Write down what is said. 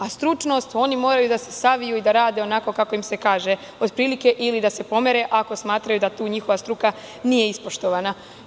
A stručnost, oni moraju da se saviju i da rade onako kako im se kaže, otprilike ili da se pomere ako smatraju da tu njihova struka nije ispoštovana.